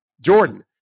Jordan